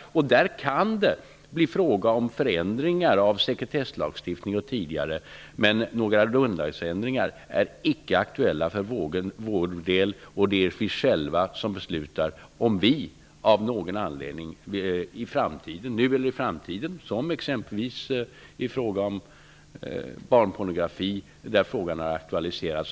och där kan det bli fråga om förändringar i sekretesslagstiftningen, men några grundlagsändringar är icke aktuella för vår del. Det är vi själva som beslutar om vi av någon anledning, nu eller i framtiden, vill göra ändringar -- som i fråga om barnpornografi, där detta har aktualiserats.